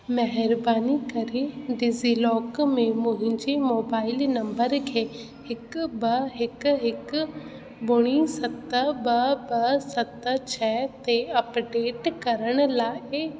महिरबानी करे डिज़ीलौक में मुहिंजे मोबाइल नंबर खे हिकु ब हिकु हिकु ॿुड़ी सत ब ब सत छ ते अपडेट करण लाइ